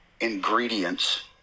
ingredients